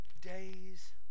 days